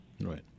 Right